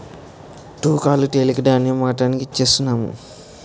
తూకాలు తెలక ధాన్యం మగతాకి ఇచ్ఛేససము